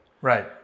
Right